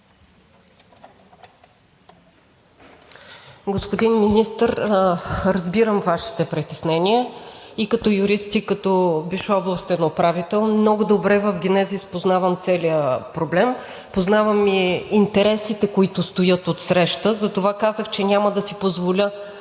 Господин Министър, разбирам Вашите притеснения и като юрист, и като бивш областен управител много добре в генезис познавам целия проблем, познавам и интересите, които стоят отсреща. За това казах, че няма да си позволя